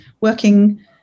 working